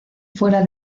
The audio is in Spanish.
fuera